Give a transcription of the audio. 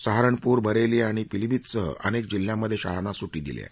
सहारणपूर बरेली आणि पिलीभीतसह अनेक जिल्ह्यांमधे शाळांना सुट्टी दिली आहे